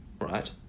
right